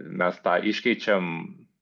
mes tą iškeičiam